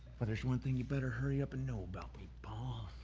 but there's one thing you better hurry up and know about paul.